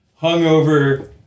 hungover